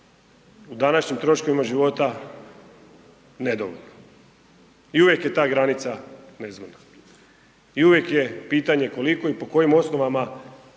o današnjim troškovima života nedovoljno i uvijek je ta granica nezgodna i uvijek je pitanje koliko i po kojim osnovama